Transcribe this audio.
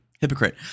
Hypocrite